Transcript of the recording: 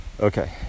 Okay